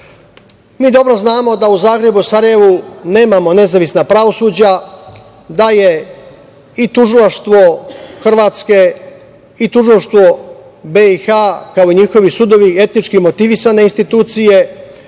dobro znamo da u Zagrebu i Sarajevu nemamo nezavisna pravosuđa, da je i tužilaštvo Hrvatske i tužilaštvo BiH, kao i njihovi sudovi, etnički motivisane institucije,